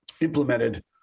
implemented